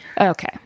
Okay